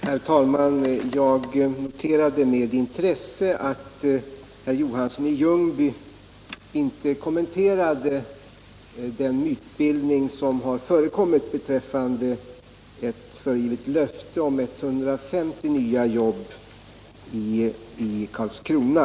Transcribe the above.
Om sysselsättnings Herr talman! Jag noterade med intresse att herr Johansson i Ljungby problemen i inte kommenterade den mytbildning som har förekommit beträffande Karlskrona ett föregivet löfte om 150 nya jobb i Karlskrona.